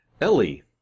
Ellie